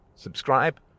Subscribe